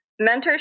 mentorship